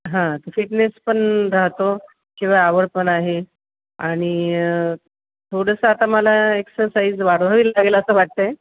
हां फिटनेस पण राहतो किंवा आवड पण आहे आणि थोडंसं आता मला एक्सरसाईज वाढवावी लागेल असं वाटतं आहे